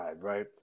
right